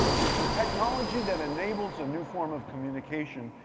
there's the technology that enables a new form of communication,